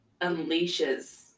unleashes